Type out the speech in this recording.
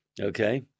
okay